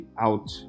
out